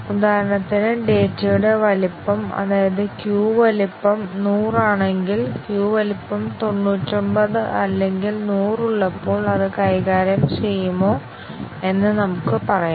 ഉദാഹരണത്തിന് ഡാറ്റയുടെ വലുപ്പം അതായത് ക്യൂ വലുപ്പം 100 ആണെങ്കിൽ ക്യൂ വലുപ്പം 99 അല്ലെങ്കിൽ 100 ഉള്ളപ്പോൾ അത് കൈകാര്യം ചെയ്യുമോ എന്ന് നമുക്ക് പറയാം